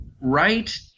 Right